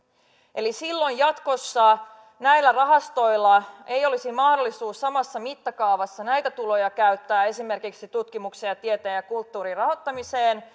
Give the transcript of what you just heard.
silloin jatkossa näillä rahastoilla ei olisi mahdollisuutta samassa mittakaavassa näitä tuloja käyttää esimerkiksi tutkimuksen tieteen ja kulttuurin rahoittamiseen